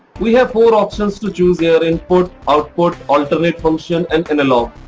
we have four options to choose here. input, output, alternate function and analog.